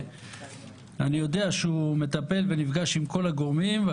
אני יודע שהוא מטפל ונפגש עם כל הגורמים.